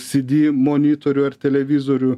sydy monitorių ar televizorių